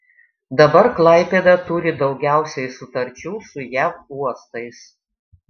dabar klaipėda turi daugiausiai sutarčių su jav uostais